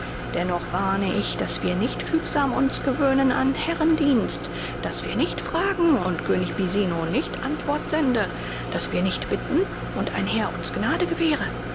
dennoch warne ich daß wir nicht fügsam uns gewöhnen an herrendienst daß wir nicht fragen und könig bisino nicht antwort sende daß wir nicht bitten und ein herr uns gnade gewähre